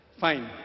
fine